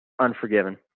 Unforgiven